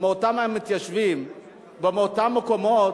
מאותם המתיישבים ומאותם מקומות,